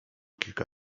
kilka